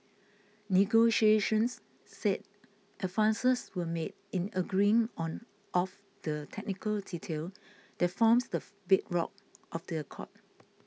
negotiations said advances were made in agreeing on of the technical detail that forms the bedrock of the accord